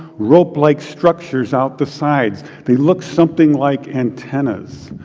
rope-like structures out the sides. they look something like antennas.